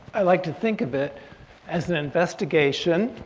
i like to think of it as an investigation